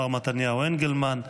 מר מתניהו אנגלמן,